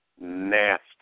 nasty